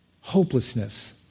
Hopelessness